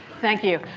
thank you.